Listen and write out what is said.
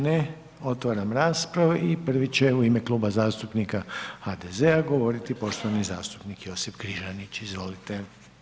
Ne, otvaram raspravu i prvi će u ime Kluba zastupnika HDZ-a govoriti poštovani zastupnik Josip Križanić, izvolite.